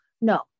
No